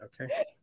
okay